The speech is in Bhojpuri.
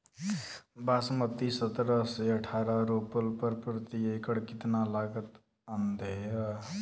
बासमती सत्रह से अठारह रोपले पर प्रति एकड़ कितना लागत अंधेरा?